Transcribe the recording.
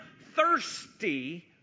thirsty